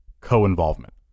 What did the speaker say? co-involvement